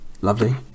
Lovely